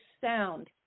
sound